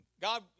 God